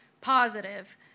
positive